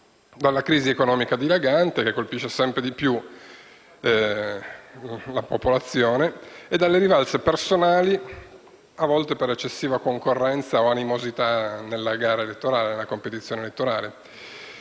dalla crisi economica dilagante che colpisce sempre di più la popolazione alle rivalse personali, a volte per eccessiva concorrenza o animosità nella competizione elettorale.